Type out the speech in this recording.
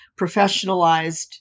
professionalized